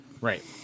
right